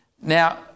Now